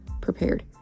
prepared